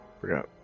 Forgot